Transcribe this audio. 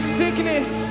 sickness. (